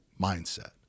mindset